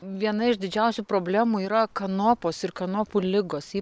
viena iš didžiausių problemų yra kanopos ir kanopų ligos